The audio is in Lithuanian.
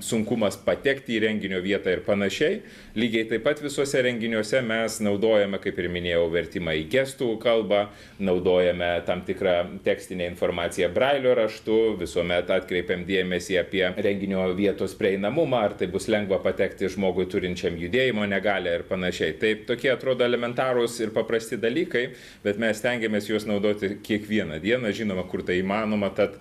sunkumas patekti į renginio vietą ir panašiai lygiai taip pat visuose renginiuose mes naudojame kaip ir minėjau vertimą į gestų kalbą naudojame tam tikrą tekstinę informaciją brailio raštu visuomet atkreipiam dėmesį apie renginio vietos prieinamumą ar tai bus lengva patekti žmogui turinčiam judėjimo negalią ir panašiai tai tokie atrodo elementarūs ir paprasti dalykai bet mes stengiamės juos naudoti kiekvieną dieną žinoma kur tai įmanoma tad